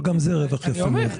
אבל גם זה רווח יפה מאוד.